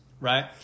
right